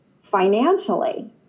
financially